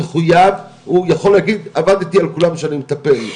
מחויב, הוא יכול להגיד, עבדתי על כולם שאני מטפל.